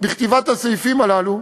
בכתיבת הסעיפים הללו,